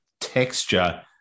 texture